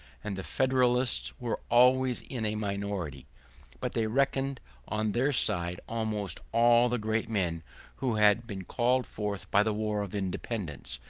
and the federalists were always in a minority but they reckoned on their side almost all the great men who had been called forth by the war of independence,